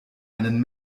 einen